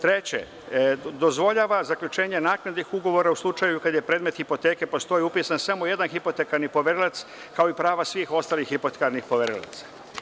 Treće, dozvoljava zaključenje naknadnih ugovora u slučaju kada je predmet hipoteke, postoji upisan samo jedan hipotekarni poverilac, kao i prava svih ostalih hipotekarnih poverilaca.